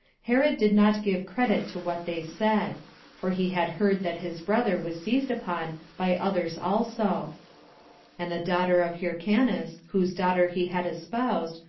herod did not give credit to what they said for he had heard that his brother was seized upon by others also and the daughter of hyrcanus, whose daughter he had espoused,